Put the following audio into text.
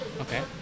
okay